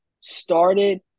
started